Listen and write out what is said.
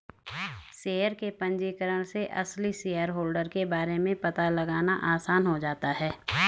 share के पंजीकरण से असली शेयरहोल्डर के बारे में पता लगाना आसान हो जाता है